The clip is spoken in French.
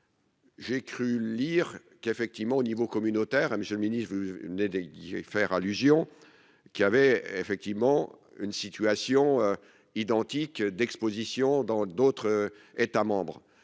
J'ai cru lire qu'effectivement au niveau communautaire à Monsieur le Ministre, vous n'faire allusion qui avait effectivement une situation identique d'Exposition dans d'autres États membres